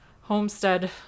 homestead